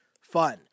fun